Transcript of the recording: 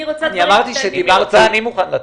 אני רוצה דברים קטנים.